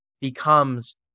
becomes